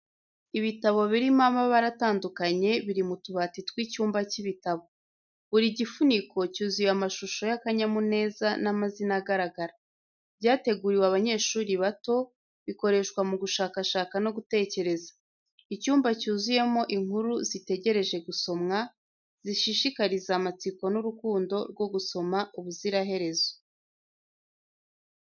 Ibitabo birimo amabara atandukanye biri mu tubati tw'icyumba cy'ibitabo, buri gifuniko cyuzuye amashusho y’akanyamuneza n'amazina agaragara. Byateguriwe abanyeshuri bato, bikoreshwa mu gushakashaka no gutekereza. Icyumba cyuzuyemo inkuru zitegereje gusomwa, zishishikariza amatsiko n’urukundo rwo gusoma ubuziraherezo.